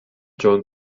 joan